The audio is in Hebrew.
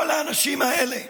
כל האנשים הם האלה